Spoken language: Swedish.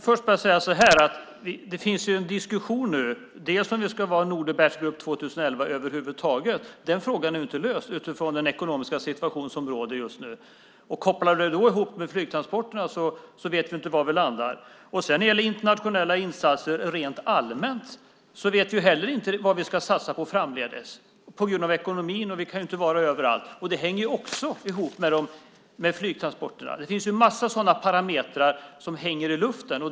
Fru talman! Det förs en diskussion om huruvida det ska finnas en Nordic Battlegroup 2011 över huvud taget. Den frågan är inte löst utifrån den ekonomiska situation som råder just nu. Kopplar du då ihop den med flygtransporterna så vet vi inte var vi landar. När det gäller internationella insatser rent allmänt vet vi inte vad vi ska satsa på framdeles på grund av ekonomin. Vi kan ju inte heller vara överallt. Det hänger också ihop med flygtransporterna. Det finns en massa sådana parametrar som hänger i luften.